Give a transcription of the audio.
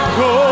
go